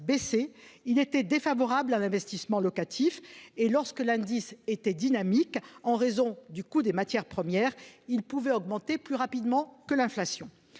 encadrement était défavorable à l'investissement locatif, alors que, lorsque l'indice était dynamique en raison du coût des matières premières, les loyers pouvaient augmenter plus rapidement que l'inflation.